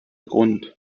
grund